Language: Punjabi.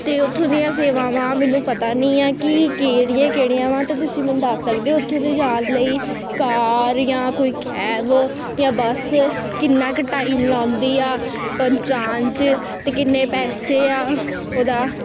ਅਤੇ ਉਥੋਂ ਦੀਆਂ ਸੇਵਾਵਾਂ ਮੈਨੂੰ ਪਤਾ ਨਹੀਂ ਆ ਕਿ ਕਿਹੜੀਆਂ ਕਿਹੜੀਆਂ ਵਾ ਤਾਂ ਤੁਸੀਂ ਮੈਨੂੰ ਦੱਸ ਸਕਦੇ ਹੋ ਉੱਥੋਂ ਦੇ ਜਾਣ ਲਈ ਕਾਰ ਜਾਂ ਕੋਈ ਕੈਬ ਜਾਂ ਬਸ ਕਿੰਨਾ ਕੁ ਟਾਈਮ ਲਗਾਉਂਦੀ ਆ ਪਹੁੰਚਾਣ 'ਚ ਅਤੇ ਕਿੰਨੇ ਪੈਸੇ ਆ ਉਹਦਾ